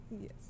Yes